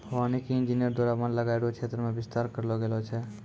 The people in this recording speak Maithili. वानिकी इंजीनियर द्वारा वन लगाय रो क्षेत्र मे बिस्तार करलो गेलो छै